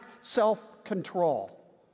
self-control